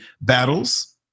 battles